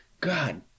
God